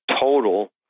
total